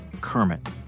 Kermit